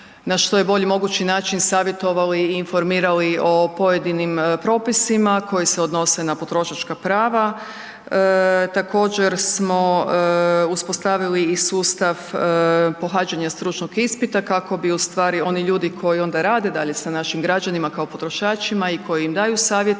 na što je bolji mogući način savjetovali i informirali o pojedinim propisima koji se odnose na potrošačka prava. Također smo uspostavili i sustav pohađanja stručnog ispita kako bi ustvari oni ljudi koji onda rade dalje sa našim građanima kao potrošačima i koji im daju savjete,